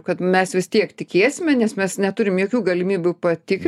kad mes vis tiek tikėsime nes mes neturim jokių galimybių patik